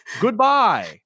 goodbye